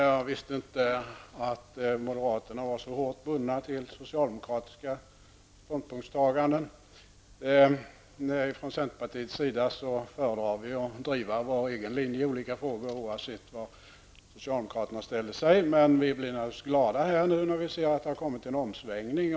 Herr talman! Jag visste inte att moderaterna var så hårt bundna till socialdemokratiska ståndpunktstaganden. Vi från centerpartiet föredrar att driva vår egen linje i olika frågor oavsett var socialdemokraterna ställer sig. Men vi blir naturligtvis glada när vi ser att det har skett en omsvängning.